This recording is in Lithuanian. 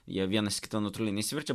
jie vienas į kitą natūraliai neišsiverčia